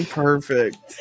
perfect